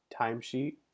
timesheet